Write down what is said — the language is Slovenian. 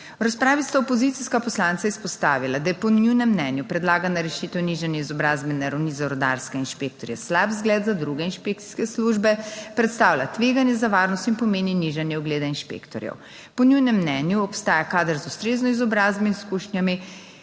V razpravi sta opozicijska poslanca izpostavila, da je po njunem mnenju predlagana rešitev nižanje izobrazbene ravni za rudarske inšpektorje slab zgled za druge inšpekcijske službe, predstavlja tveganje za varnost in pomeni nižanje ugleda inšpektorjev. Po njunem mnenju obstaja kader z ustrezno izobrazbo in izkušnjami,